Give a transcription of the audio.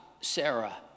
Sarah